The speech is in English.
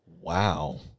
Wow